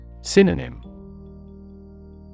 Synonym